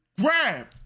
grab